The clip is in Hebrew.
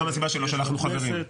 זאת הסיבה שלא שלחנו חברים.